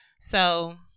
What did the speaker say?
So-